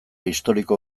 historiko